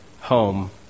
home